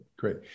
great